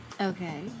okay